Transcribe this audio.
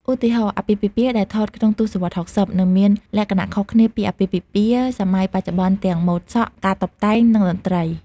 ឧទាហរណ៍ អាពាហ៍ពិពាហ៍ដែលថតក្នុងទស្សវត្ស៦០ នឹងមានលក្ខណៈខុសគ្នាពីអាពាហ៍ពិពាហ៍សម័យបច្ចុប្បន្នទាំងម៉ូដសក់ ការតុបតែង និងតន្រ្តី។